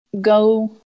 go